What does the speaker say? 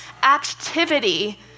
activity